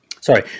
Sorry